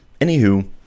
Anywho